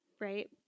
Right